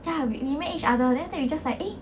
ya we email each other then after that we just like eh